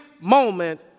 moment